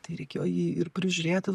tai reikėjo jį ir prižiūrėti